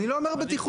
אני לא אומר בטיחותית.